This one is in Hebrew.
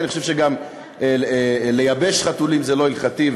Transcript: אני חושב שגם לייבש חתולים זה לא הלכתי,